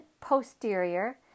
posterior